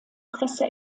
presse